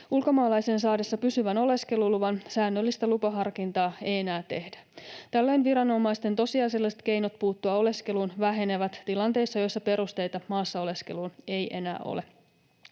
Ulkomaalaisen saadessa pysyvän oleskeluluvan säännöllistä lupaharkintaa ei enää tehdä. Tällöin viranomaisten tosiasialliset keinot puuttua oleskeluun vähenevät tilanteissa, joissa perusteita maassa oleskeluun ei enää ole.